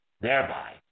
thereby